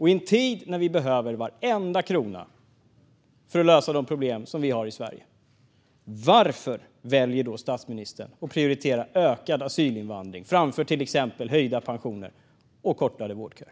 I en tid när vi behöver varenda krona för att lösa de problem vi har i Sverige, varför väljer statsministern att prioritera ökad asylinvandring framför till exempel höjda pensioner och kortare vårdköer?